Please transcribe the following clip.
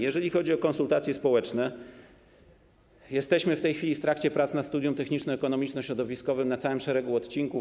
Jeżeli chodzi o konsultacje społeczne, jesteśmy w tej chwili w trakcie prac nad studium techniczno-ekonomiczno-środowiskowym na całym szeregu odcinków.